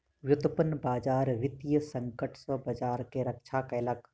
व्युत्पन्न बजार वित्तीय संकट सॅ बजार के रक्षा केलक